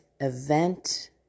event